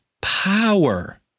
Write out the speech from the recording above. power